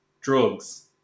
drugs